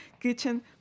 kitchen